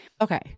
okay